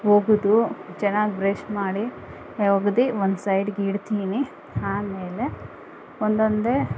ಒಗೆದು ಚೆನ್ನಾಗಿ ಬ್ರಷ್ ಮಾಡಿ ಒಗೆದು ಒಂದು ಸೈಡ್ಗೆ ಇಡ್ತೀನಿ ಆಮೇಲೆ ಒಂದೊಂದೇ